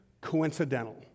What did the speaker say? coincidental